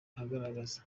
agaragaza